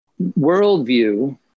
worldview